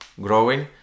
growing